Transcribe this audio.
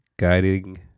guiding